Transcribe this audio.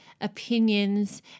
opinions